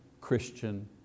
Christian